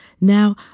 Now